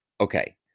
okay